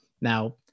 Now